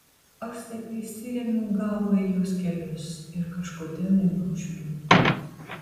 aš staiga įsirėmiau galva į jos kelius ir kažkodėl ėmiau žliumbti